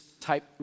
type